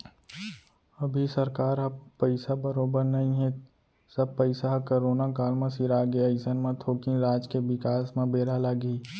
अभी सरकार ह पइसा बरोबर नइ हे सब पइसा ह करोना काल म सिरागे अइसन म थोकिन राज के बिकास म बेरा लगही